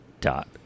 dot